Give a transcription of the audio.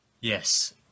Yes